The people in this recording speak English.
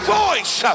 voice